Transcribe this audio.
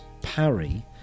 Parry